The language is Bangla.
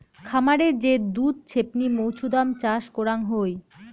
খামারে যে দুধ ছেপনি মৌছুদাম চাষ করাং হই